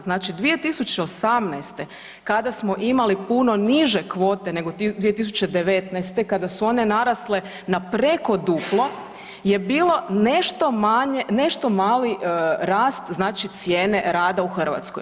Znači 2018. kada smo imali puno niže kvote nego 2019. kada su one narasle na preko duplo je bilo nešto manje, nešto mali rast, znači cijene rada u Hrvatskoj.